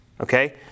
Okay